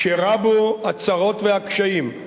כשרבו הצרות והקשיים,